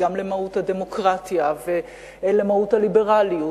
וגם במהות הדמוקרטיה ובמהות הליברליות